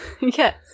Yes